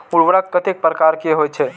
उर्वरक कतेक प्रकार के होई छै?